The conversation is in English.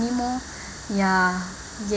anymore ya yes